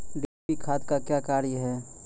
DAP खाद का क्या कार्य हैं?